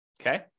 Okay